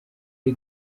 ari